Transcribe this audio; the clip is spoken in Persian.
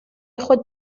خود